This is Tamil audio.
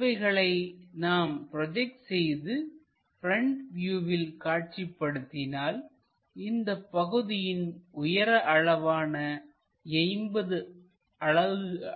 இவைகளை நாம் ப்ரோஜெக்ட் செய்து ப்ரெண்ட் வியூவில் காட்சிப்படுத்தினால்இந்தப் பகுதியின் உயர அளவான 80